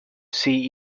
see